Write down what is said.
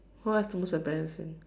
what is the most embarrassing